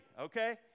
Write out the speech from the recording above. okay